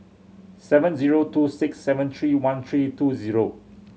seven zero two six seven three one three two zero